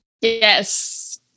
Yes